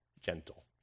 gentle